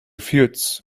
feuds